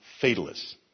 fatalists